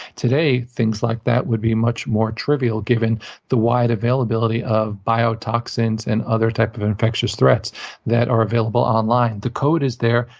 today, things like that would be much more trivial, given the wide availability of bio-toxins and other type of infectious threats that are available online. the code is there.